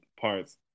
parts